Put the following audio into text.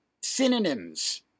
synonyms